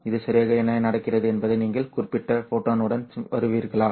இது சரியாக என்ன நடக்கிறது என்பது நீங்கள் குறிப்பிட்ட ஃபோட்டானுடன் வருகிறீர்களா